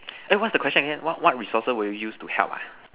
eh what's the question again what what resources you will use to help ah